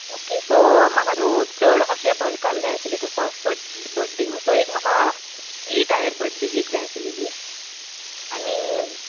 okay so म्हाका न्हू चड अशें बल्कान जाय आसलें तो फर्स्ट बड बड्डे न्हू सो एक म्हाका थ्री टायर बड्डेक एक जाय आसलेली आनी